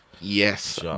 Yes